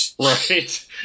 Right